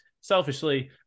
Selfishly